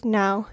now